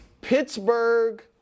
Pittsburgh